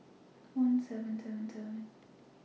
one seven seven seven